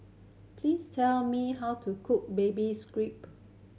please tell me how to cook baby